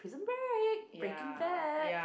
break Breaking Bad